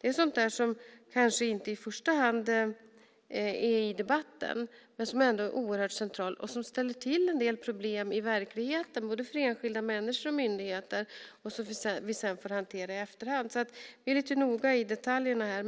Det är sådant som kanske inte i första hand finns med i debatten men som ändå är oerhört centralt och som ställer till en del problem i verkligheten, för både enskilda människor och myndigheter, som vi sedan får hantera i efterhand. Vi är lite noga i detaljerna.